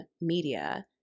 media